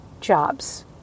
jobs